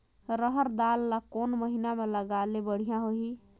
रहर दाल ला कोन महीना म लगाले बढ़िया होही?